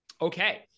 Okay